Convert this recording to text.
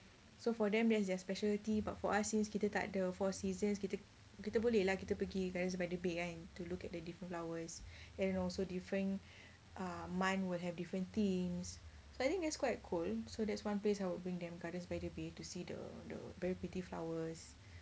so for them that's their speciality but for us since kita takde four seasons kita boleh lah kita pergi gardens by the bay kan to look at the different flowers and also different uh month would have different themes so I think that's quite cool so that's one place I would bring them gardens by the bay to see the the very pretty flowers